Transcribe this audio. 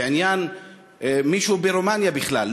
בעניין מישהו ברומניה בכלל,